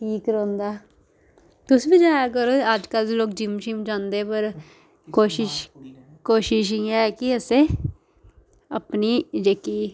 ठीक रौंह्दा तुस बी जाया करो अज्जकल दे लोग जिम शिम जांदे पर कोशिश कोशिश इ'यै ऐ कि असें अपनी जेह्की